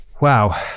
Wow